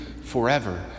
forever